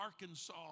Arkansas